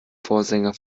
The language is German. vorsänger